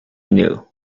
knew